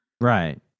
right